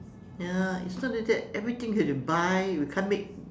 ya it's not only that everything we have to buy we can't make